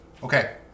Okay